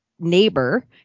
neighbor